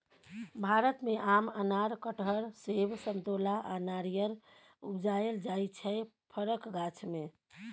भारत मे आम, अनार, कटहर, सेब, समतोला आ नारियर उपजाएल जाइ छै फरक गाछ मे